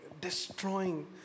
destroying